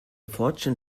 fortune